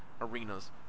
arenas